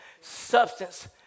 substance